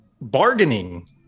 bargaining